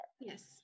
Yes